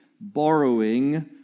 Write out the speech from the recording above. borrowing